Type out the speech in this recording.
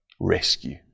rescue